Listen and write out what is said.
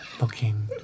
looking